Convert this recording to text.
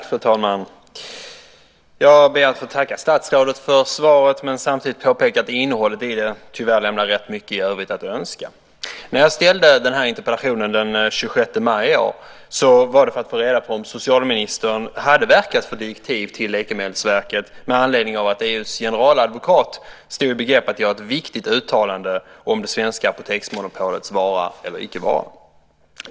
Fru talman! Jag ber att få tacka statsrådet för svaret men får samtidigt påpeka att innehållet i det tyvärr lämnar rätt mycket i övrigt att önska. När jag ställde den här interpellationen den 26 maj i år var det för att få reda på om socialministern hade verkat för direktiv till Läkemedelsverket med anledning av att EU:s generaladvokat stod i begrepp att göra ett viktigt uttalande om det svenska apoteksmonopolets vara eller inte vara.